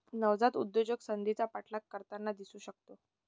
नवजात उद्योजक संधीचा पाठलाग करताना दिसू शकतो